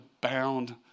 bound